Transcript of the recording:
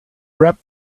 wrapped